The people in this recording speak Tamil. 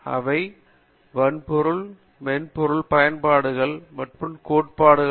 அவை வன்பொருள் மென்பொருள் பயன்பாடுகள் மற்றும் கோட்பாடு ஆகும்